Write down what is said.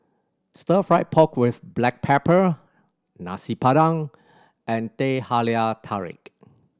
Stir Fried Pork With Black Pepper Nasi Padang and Teh Halia Tarik